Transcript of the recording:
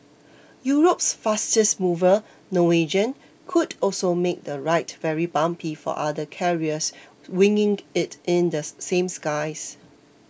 Europe's fastest mover Norwegian could also make the ride very bumpy for other carriers winging it in the same skies